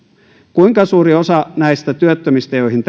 kuinka suuri osa näistä työttömistä joihin